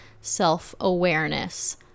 self-awareness